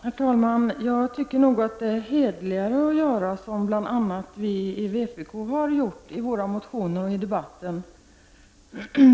Herr talman! Jag tycker nog att det är hederligare att göra som bl.a. vi i vpk gjort i våra motioner och i debatten.